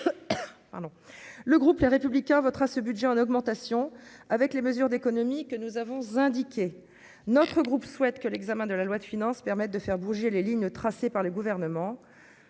le groupe Les Républicains votera ce budget en augmentation, avec les mesures d'économies que nous avons indiqué notre groupe souhaite que l'examen de la loi de finances permette de faire bouger les lignes tracées par le gouvernement,